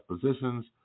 positions